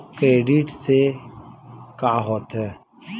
Credit से का होथे?